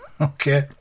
Okay